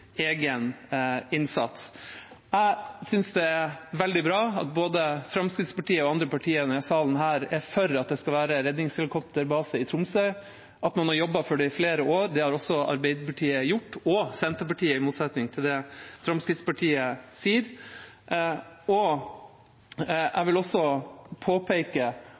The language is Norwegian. egen innsats. Jeg synes det er veldig bra at både Fremskrittspartiet og andre partier her i salen er for at det skal være en redningshelikopterbase i Tromsø. Man har jobbet for det i flere år. Det har også Arbeiderpartiet gjort – og Senterpartiet, i motsetning til det Fremskrittspartiet sier. Jeg vil også påpeke